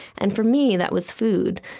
and for me, that was food.